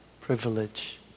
privilege